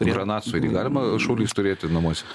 granatsvaidį galima šaulys turėti namuose